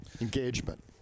engagement